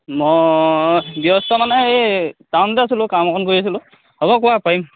মই ব্যস্ত মানে এই টাউনতে আছিলোঁ কাম অকণ কৰি আছিলোঁ হ'ব কোৱা পাৰিম